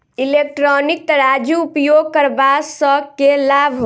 Electronic तराजू उपयोग करबा सऽ केँ लाभ?